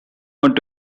want